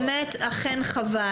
באמת אכן חבל.